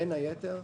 בין היתר,